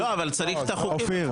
וזה לא יהיה פגם